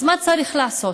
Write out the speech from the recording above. אז מה צריך לעשות?